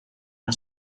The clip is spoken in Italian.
una